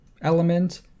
element